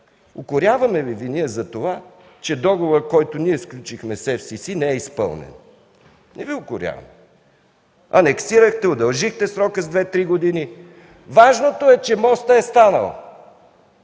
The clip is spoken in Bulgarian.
Укоряваме ли Ви ние за това, че договорът, който сключихме с ФСС, не е изпълнен? Не Ви укоряваме. Анексирахте, удължихте срока с две-три години. Важното е, че мостът е станал.